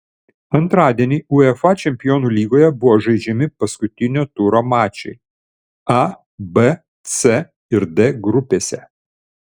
antradienį uefa čempionų lygoje buvo žaidžiami paskutinio turo mačai a b c ir d grupėse